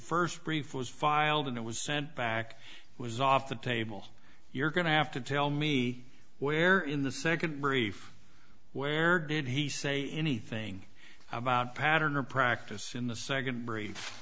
first brief was filed and it was sent back was off the table you're going to have to tell me where in the second brief where did he say anything about pattern or practice in the second